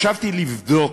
ישבתי לבדוק,